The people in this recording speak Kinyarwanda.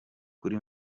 kuri